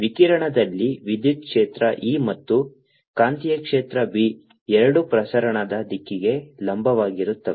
ವಿಕಿರಣದಲ್ಲಿ ವಿದ್ಯುತ್ ಕ್ಷೇತ್ರ E ಮತ್ತು ಕಾಂತೀಯ ಕ್ಷೇತ್ರ B ಎರಡೂ ಪ್ರಸರಣದ ದಿಕ್ಕಿಗೆ ಲಂಬವಾಗಿರುತ್ತವೆ